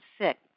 sick